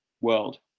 world